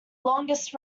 longest